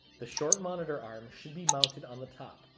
the short monitor arm should be mounted on the top,